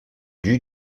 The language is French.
dut